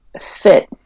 fit